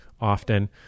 often